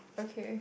okay